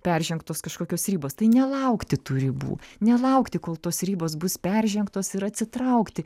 peržengtos kažkokios ribos tai nelaukti tų ribų nelaukti kol tos ribos bus peržengtos ir atsitraukti